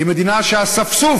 היא מדינה שאספסוף,